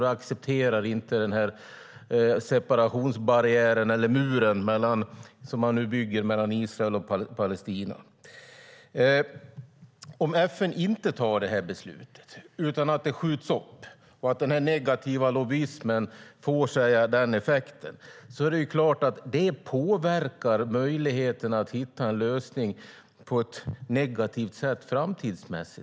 Vi accepterar inte separationsbarriären - muren som man nu bygger mellan Israel och Palestina. Om FN inte fattar detta beslut utan den negativa lobbyismen får effekten att det skjuts upp är det klart att det på ett negativt sätt påverkar möjligheterna att hitta en lösning för framtiden.